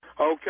Okay